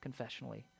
confessionally